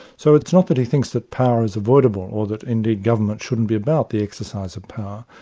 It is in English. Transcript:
so it's not that he thinks that power is avoidable, or that indeed governments shouldn't be about the exercise of power,